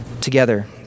together